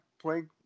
playing